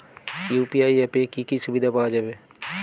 UPI অ্যাপে কি কি সুবিধা পাওয়া যাবে?